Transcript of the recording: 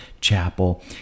chapel